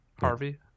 Harvey